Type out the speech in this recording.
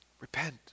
Repent